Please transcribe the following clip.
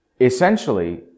Essentially